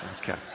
Okay